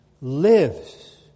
lives